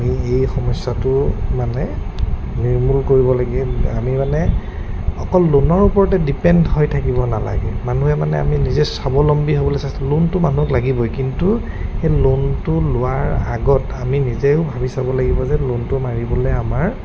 আমি এই সমস্যাটো মানে নিৰ্মূল কৰিব লাগে আমি মানে অকল লোনৰ ওপৰতে ডিপেণ্ড হৈ থাকিব নালাগে মানুহে মানে আমি নিজে স্বাৱলম্বী হ'বলৈ চেষ্টা কৰিব লাগে লোনটো মানুহক লাগিবই কিন্তু সেই লোনটো লোৱাৰ আগত আমি নিজেও ভাবি চাব লাগিব যে লোনটো মাৰিবলৈ আমাৰ